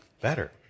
Better